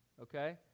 okay